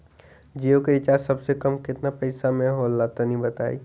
जियो के रिचार्ज सबसे कम केतना पईसा म होला तनि बताई?